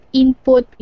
input